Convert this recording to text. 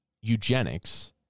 eugenics